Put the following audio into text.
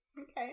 Okay